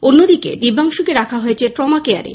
অন্যদিকে দিবাংশুকে রাখা হয়েছে ট্রমা কেয়ারে